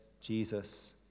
Jesus